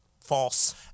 False